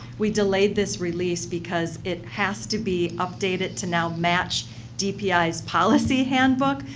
we delayed this release because it has to be updated to now match dpi's policy handbook.